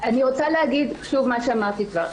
אני רוצה להגיד שוב מה שאמרתי כבר.